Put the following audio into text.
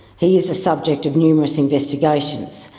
he is the subject of numerous investigations.